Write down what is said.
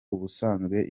ubusanzwe